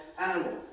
animal